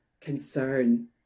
concern